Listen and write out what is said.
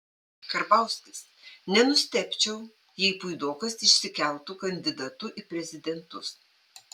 karbauskis nenustebčiau jei puidokas išsikeltų kandidatu į prezidentus